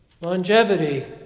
Longevity